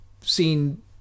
seen